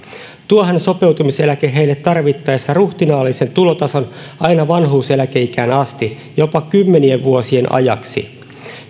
tuohan sopeutumiseläke heille tarvittaessa ruhtinaallisen tulotason aina vanhuuseläkeikään asti jopa kymmenien vuosien ajaksi